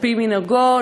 על-פי מנהגו,